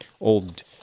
old